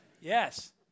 Yes